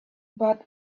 but